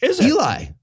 eli